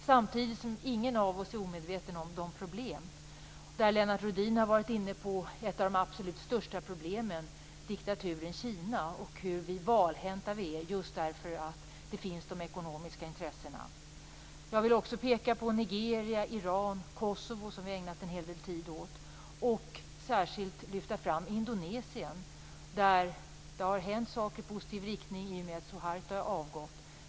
Samtidigt är ingen av oss omedveten om problemen. Lennart Rohdin har tagit upp ett av de allra största problemen, nämligen diktaturen i Kina, och hur valhänta vi är därför att det finns ekonomiska intressen. Jag vill också peka på Nigeria, Iran och Kosovo, som vi har ägnat en hel del tid åt. Jag vill här särskilt lyfta fram Indonesien. Där har det hänt saker i positiv riktning i och med att Suharto har avgått.